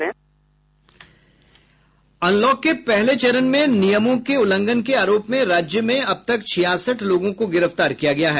unlock के पहले चरण में नियमों के उल्लंघन के आरोप में राज्य में अब तक छियासठ लोगों को गिरफ्तार किया गया है